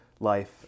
life